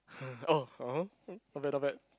uh oh oh er not bad not bad